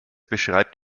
beschreibt